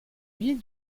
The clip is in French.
ville